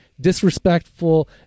disrespectful